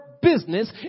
business